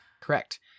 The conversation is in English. Correct